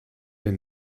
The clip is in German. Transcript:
denn